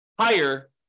higher